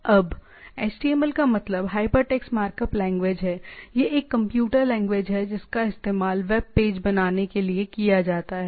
अब HTML का मतलब हाइपरटेक्स्ट मार्कअप लैंग्वेज है यह एक कंप्यूटर लैंग्वेज है जिसका इस्तेमाल वेब पेज बनाने के लिए किया जाता है